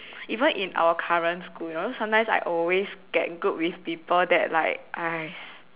even in our current school you know sometime I always get group with people that like !hais!